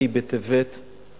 ה' בטבת תשס"א,